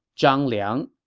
zhang liang.